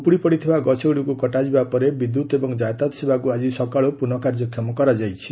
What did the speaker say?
ଉପୁଡ଼ିପଡ଼ିଥିବା ଗଛଗୁଡ଼ିକୁ କଟାଯିବା ପରେ ବିଦ୍ୟୁତ୍ ଏବଂ ଯାତାୟତ ସେବାକୁ ଆଜି ସକାଳୁ ପୁନଃ କାର୍ଯ୍ୟକ୍ଷମ କରାଯାଇଛି